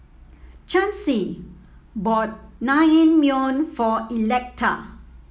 Chancy bought Naengmyeon for Electa